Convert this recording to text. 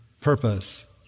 purpose